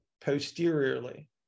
posteriorly